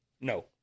No